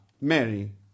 Mary